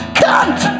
cunt